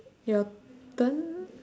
your turn